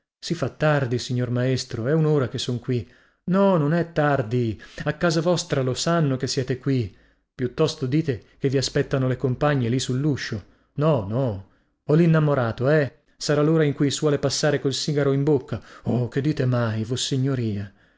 si fa tardi signor maestro è unora che son qui no non è tardi a casa vostra lo sanno che siete qui piuttosto dite che vi aspettano le compagne lì sulluscio no no o linnamorato eh sarà lora in cui suole passare col sigaro in bocca oh che dite mai vossignoria